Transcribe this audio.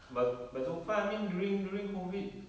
but but so far I mean during during COVID